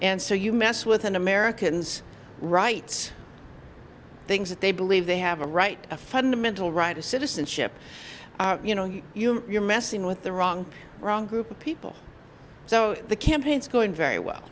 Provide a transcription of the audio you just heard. and so you mess with an americans rights things that they believe they have a right a fundamental right of citizenship you know you you're messing with the wrong wrong group of people so the campaign is going very well